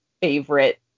favorite